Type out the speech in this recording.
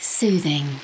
Soothing